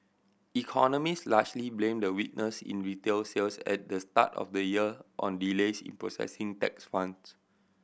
economist largely blame the weakness in retail sales at the start of the year on delays in processing tax funds